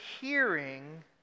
hearing